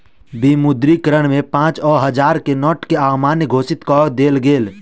विमुद्रीकरण में पाँच आ हजार के नोट के अमान्य घोषित कअ देल गेल